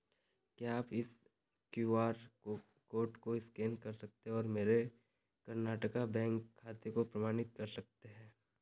क्या आप इस क्यू आर कोड को स्कैन कर सकते हैं और मेरे कर्नाटका बैंक खाते को प्रमाणित कर सकते हैं